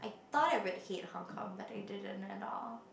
I thought you would hate Hong-Kong but you didn't at all